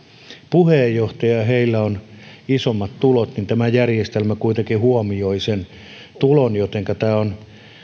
puheenjohtajia ja heillä on isommat tulot niin tämä järjestelmä kuitenkin huomioi sen tulon jotenka tämä on